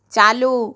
चालू